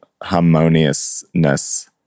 harmoniousness